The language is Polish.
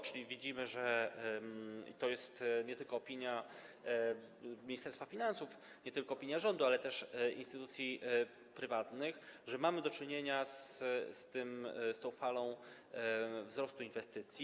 Czyli widzimy - i to jest nie tylko opinia Ministerstwa Finansów, nie tylko rządu, ale też instytucji prywatnych - że mamy do czynienia z falą wzrostu inwestycji.